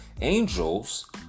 angels